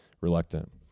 reluctant